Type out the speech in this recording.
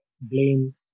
blame